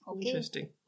Interesting